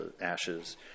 ashes